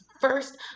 first